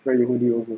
wear your hoodie over